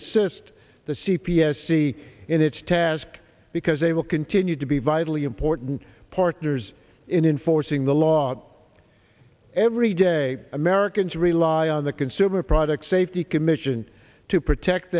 assist the c p s see in its task because they will continue to be vitally important partners in enforcing the law every day americans rely on the consumer product safety commission to protect